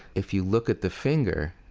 if you look at the finger,